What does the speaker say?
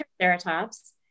triceratops